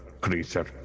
creature